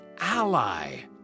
ally